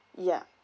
ya